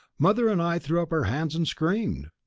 mother and i threw up our hands and screamed!